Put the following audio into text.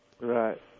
Right